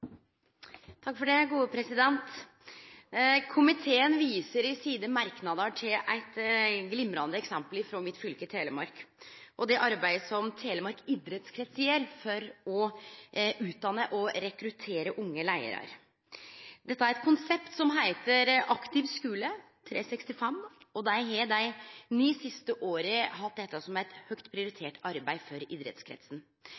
det arbeidet som Telemark idrettskrets gjer for å utdanne og rekruttere unge leiarar. Dette er eit konsept som heiter «Aktiv skole 365», og dei har dei ni siste åra hatt dette som eit høgt